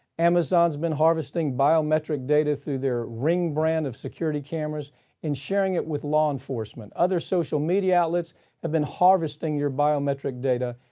amazon's been harvesting biometric data through their ring brand of security cameras and sharing it with law enforcement. other social media outlets have been harvesting your biometric data,